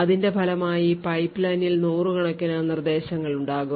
അതിന്റെ ഫലമായി പൈപ്പ്ലൈനിൽ നൂറുകണക്കിന് നിർദ്ദേശങ്ങൾ ഉണ്ടാകും